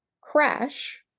crash